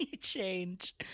Change